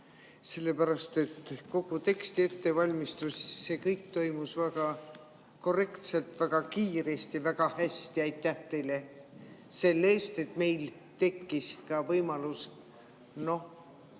sellepärast et kogu teksti ettevalmistus toimus väga korrektselt, väga kiiresti, väga hästi. Aitäh teile selle eest, et meil tekkis ka võimalus olla